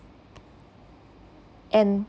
and